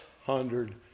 Hundred